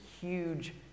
huge